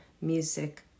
music